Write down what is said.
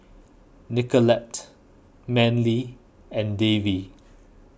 Nicolette Manley and Davy